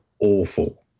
awful